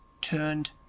turned